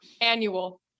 Annual